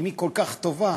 אם היא כל כך טובה,